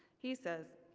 he says,